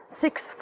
Six